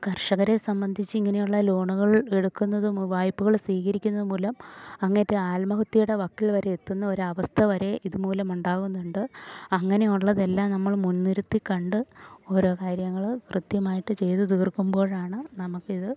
കർഷകരെ സംബന്ധിച്ചിങ്ങനെയുള്ള ലോണുകൾ എടുക്കുന്നതും വായ്പകൾ സ്വീകരിക്കുന്ന മൂലം അങ്ങേയറ്റം ആത്മഹത്യയുടെ വക്കിൽ വരെ എത്തുന്ന ഒരവസ്ഥ വരെ ഇതു മൂലം ഉണ്ടാകുന്നുണ്ട് അങ്ങനെയുള്ളതെല്ലാം നമ്മൾ മുൻനിർത്തി കണ്ട് ഓരോ കാര്യങ്ങൾ കൃത്യമായിട്ട് ചെയ്ത് തീർക്കുമ്പോഴാണ് നമുക്കിത്